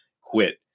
quit